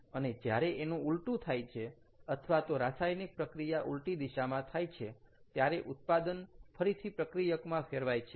અને જ્યારે એનું ઊલટું થાય છે અથવા તો રાસાયણિક પ્રક્રિયા ઊલટી દિશામાં થાય છે ત્યારે ઉત્પાદન ફરીથી પ્રક્રિયક માં ફેરવાય છે